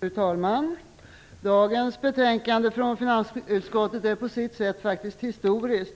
Fru talman! Dagens betänkande från finansutskottet är på sitt sätt faktiskt historiskt.